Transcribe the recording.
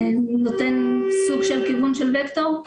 זה נותן סוג של כיוון של וקטור?